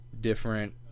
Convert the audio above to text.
different